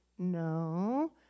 No